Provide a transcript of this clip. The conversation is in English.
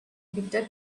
bitter